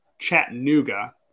Chattanooga